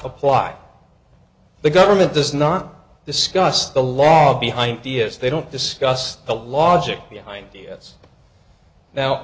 apply the government does not discuss the law behind d s they don't discuss the logic behind d s now